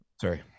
Sorry